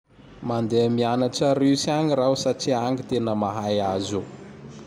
Mande mianatr a Russe agn raho satria agny tena mahay azo o!